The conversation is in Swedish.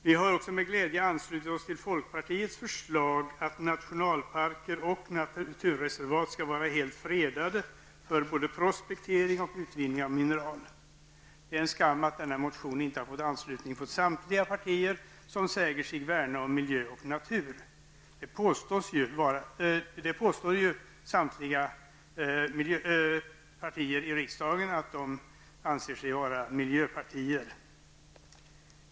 Vi har med glädje anslutit oss till folkpartiet liberalernas förslag om att nationalparker och naturreservat skall vara helt fredade för både prospektering och utvinning av mineral. Det är en skam att inte denna motion fått anslutning från samtliga partier som säger sig värna om miljö och natur. Alla riksdagspartier påstår sig ju vara miljöpartier.